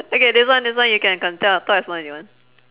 okay this one this one you can co~ te~ talk as long as you want